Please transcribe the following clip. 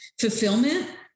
Fulfillment